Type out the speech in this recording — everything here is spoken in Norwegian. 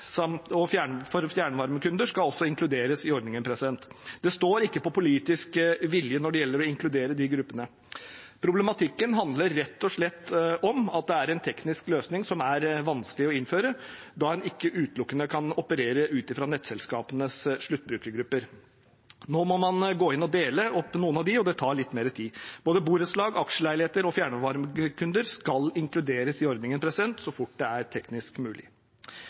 for fjernvarmekunder, skal også inkluderes i ordningen. Det står ikke på politisk vilje når det gjelder å inkludere de gruppene. Problematikken handler rett og slett om at det er en teknisk løsning som er vanskelig å innføre, da en ikke utelukkende kan operere ut fra nettselskapenes sluttbrukergrupper. Nå må man gå inn og dele opp noen av dem, og det tar litt mer tid. Både borettslag, aksjeleiligheter og fjernvarmekunder skal inkluderes i ordningen så fort det er teknisk mulig.